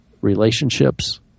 relationships